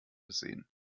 versehen